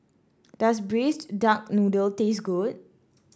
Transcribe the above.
does Braised Duck Noodle taste good